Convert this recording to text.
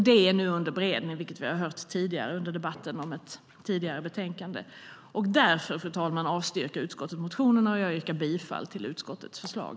Det är nu under beredning, vilket vi har hört tidigare under debatten om ett tidigare betänkande. Därför, fru talman, avstyrker jag utskottets motioner och yrkar bifall till utskottets förslag.